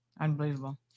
Unbelievable